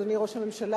אדוני ראש הממשלה,